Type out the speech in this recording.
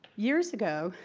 years ago,